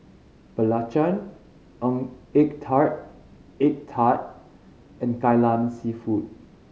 belacan ng egg tart egg tart and Kai Lan Seafood